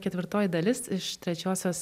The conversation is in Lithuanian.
ketvirtoji dalis iš trečiosios